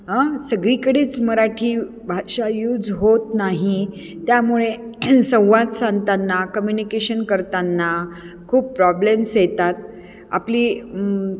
हं सगळीकडेच मराठी भाषा यूज होत नाही त्यामुळे संवाद साधताना कम्युनिकेशन करताना खूप प्रॉब्लेम्स येतात आपली